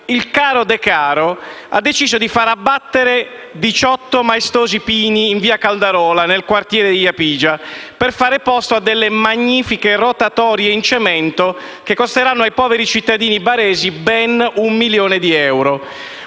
il caro Decaro ha deciso di fare abbattere 18 maestosi pini in via Caldarola, nel quartiere di Japigia, per far posto a magnifiche rotatorie in cemento, che costeranno ai poveri cittadini baresi ben un milione di euro: